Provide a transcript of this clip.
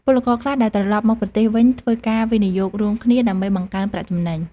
ពលករខ្លះដែលត្រឡប់មកប្រទេសវិញធ្វើការវិនិយោគរួមគ្នាដើម្បីបង្កើនប្រាក់ចំណេញ។